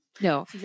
No